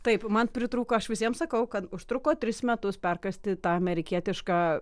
taip man pritrūko aš visiems sakau kad užtruko tris metus perkąsti tą amerikietišką